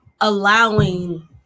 allowing